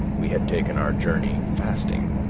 we had taken our journey fasting.